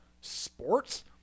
sports